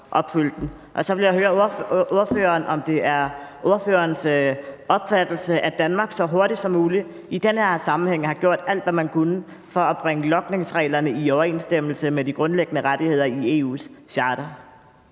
Og så vil jeg høre ordføreren, om det er ordførerens opfattelse, at Danmark så hurtigt som muligt i den her sammenhæng har gjort alt, hvad man kunne for at bringe logningsreglerne i overensstemmelse med de grundlæggende rettigheder i EU's charter.